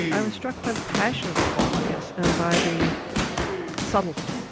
i was struck by the passion of the poem i guess and by the subtlety.